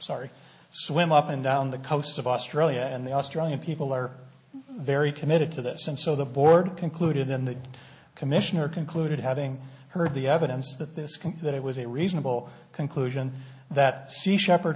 sorry swim up and down the coast of australia and the australian people are very committed to this and so the board concluded then the commissioner concluded having heard the evidence that this could that it was a reasonable conclusion that sea shepherd